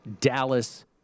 Dallas